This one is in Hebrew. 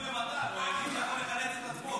--- מתן יכול לחלץ את עצמו,